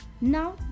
Now